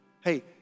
Hey